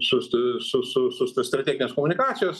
su st su su su st strateginės komunikacijos